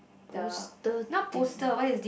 poster thing